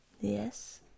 Yes